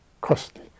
costly